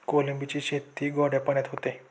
कोळंबीची शेती गोड्या पाण्यात होते